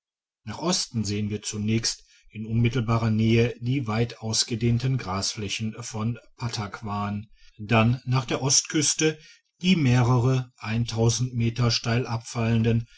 nach osten sehen wir zunächst in unmittelbarer nähe die weit ausgedehnten grasflächen von pattakwan dann nach der ostküste die mehrere meter steil abfallenden